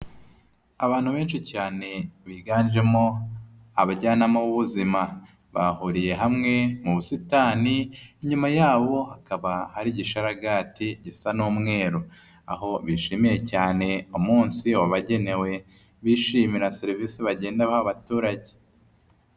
Abantu benshi cyane biganjemo abajyanama b'ubuzima, bahuriye hamwe mu busitani, inyuma yabo hakaba hari igisharagati gisa n'umweru, aho bishimiye cyane umunsi wabagenewe, bishimira serivisi bagenda baha abaturage.